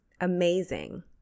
amazing